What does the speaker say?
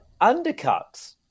undercuts